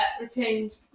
Retained